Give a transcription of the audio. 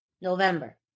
November